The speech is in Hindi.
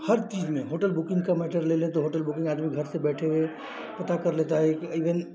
हर चीज़ में होटल बुकिन्ग का मैटर ले लें तो होटल बुकिन्ग आदमी घर से बैठे हुए पता कर लेता है कि इवेन